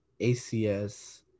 ACS